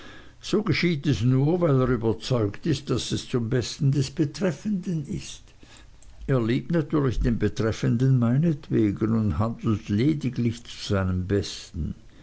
so geschieht es nur weil er überzeugt ist daß es zum besten des betreffenden ist er liebt natürlich den betreffenden meinetwegen und handelt lediglich zu seinem besten